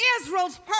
Israel's